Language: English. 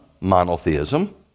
monotheism